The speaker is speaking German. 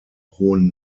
hohen